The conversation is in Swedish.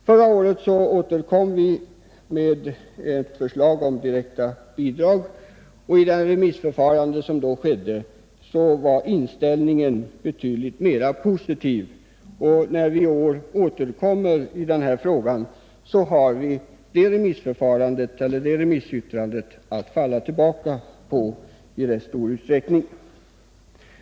Förra året återkom vi med ett förslag om direkta bidrag, och i det remissförfarande som då skedde var inställningen betydligt mera positiv. När vi i år återkommer i denna fråga har vi det remissyttrandet att falla tillbaka på i rätt stor utsträckning.